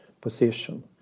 position